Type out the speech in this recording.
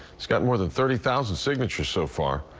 it's got more than thirty thousand signatures so far.